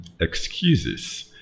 Excuses